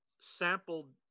sampled